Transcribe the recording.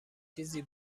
چیزی